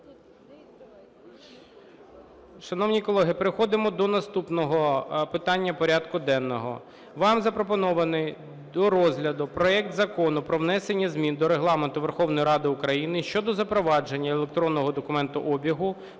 Шановні колеги, переходимо до наступного питання порядку денного. Вам запропонований до розгляду проект Закону про внесення змін до Регламенту Верховної Ради України щодо запровадження електронного документообігу,